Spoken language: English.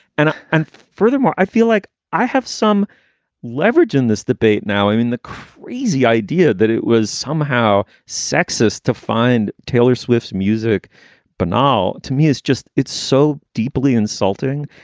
and and furthermore, i feel like i have some leverage in this debate. now, i mean, the crazy idea that it was somehow sexist to find taylor swift's music banal to me is just it's so deeply insulting.